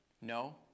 No